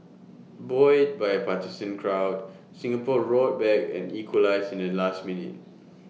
buoyed by A partisan crowd Singapore roared back and equalised in the last minute